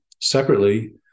separately